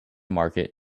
market